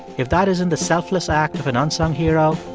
if that isn't the selfless act of an unsung hero,